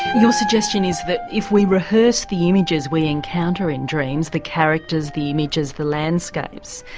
your suggestion is that if we rehearse the images we encounter in dreams the characters, the images, the landscapes,